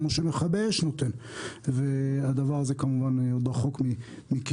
כמו שמכבי אש נותן והדבר הזה כמובן עוד רחוק מקיום.